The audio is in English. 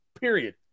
period